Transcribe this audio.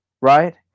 right